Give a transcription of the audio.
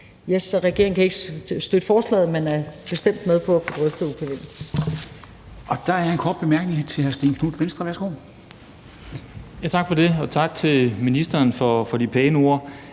regeringen kan ikke støtte forslaget, men er bestemt med på at få drøftet upv'en.